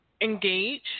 engage